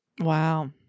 Wow